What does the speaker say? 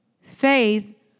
Faith